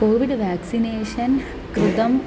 COVID vaccination कृतम्